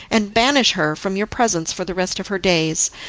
and banish her from your presence for the rest of her days.